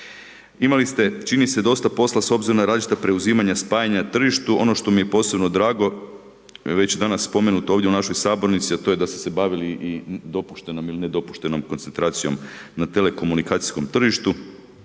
Imali ste čini se dosta posla s obzirom na različita preuzimanja, spajanja na tržištu, ono što mi je posebno drago, već danas spomenuto ovdje u napoj sabornici a to je da ste se bavili i dopuštenom i nedopuštenom koncentracijom na telekomunikacijskom tržištu.